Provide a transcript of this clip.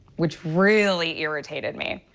which really irritated me.